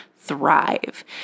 thrive